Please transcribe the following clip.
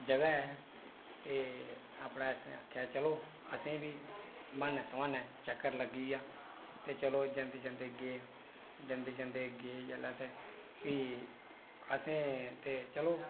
जगह ऐ ते अपने असें आखेआ चलो असें बी ब्हानै सब्हानै चक्कर लग्गी आ कुतै ते चलो जंदे जंदे गे जंदे जंदे गै जेल्लै ते एह् असें ते चलो